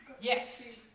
Yes